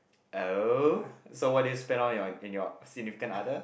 oh so what do you spend on in your in your significant other